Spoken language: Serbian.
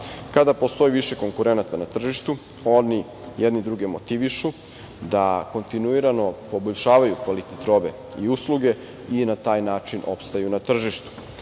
Kada postoji više konkurenata na tržištu, oni jedni druge motivišu da kontinuirano poboljšavaju kvalitet robe i usluga i na taj način opstaju na tržištu. Naravno,